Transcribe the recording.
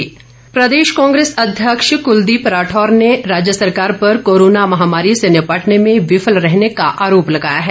राठौर प्रदेश कांग्रेस अध्यक्ष कुलदीप राठौर ने राज्य सरकार पर कोरोना महामारी से निपटने में विफल रहने का आरोप लगाया है